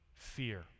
fear